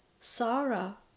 Sarah